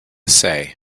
say